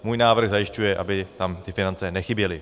Můj návrh zajišťuje, aby tam ty finance nechyběly.